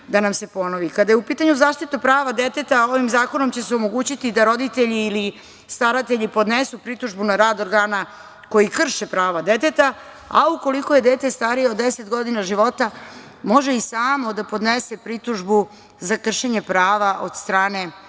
je u pitanju zaštita prava deteta, ovim zakonom će se omogućiti da roditelji ili staratelji podnesu pritužbu na rad organa koji krše prava deteta, a ukoliko je dete starije od 10 godina života može i samo da podnese pritužbu za kršenje prava od strane